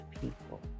people